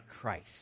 Christ